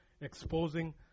Exposing